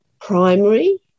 primary